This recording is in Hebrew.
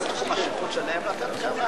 ניצחתם ניצחון עלוב.